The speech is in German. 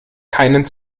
keinen